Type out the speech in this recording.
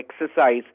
exercise